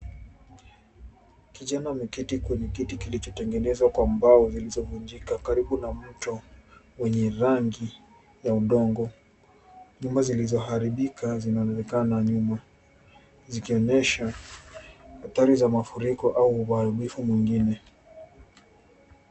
Kijana ameketi kwenye kiti kilichotengenezwa kwa mbao zilizovunjika karibu na mto wenye rangi ya udongo. Nyumba zilizoharibika zinaonekana nyuma, zikionesha athari za mafuriko au uharibifu mwingine.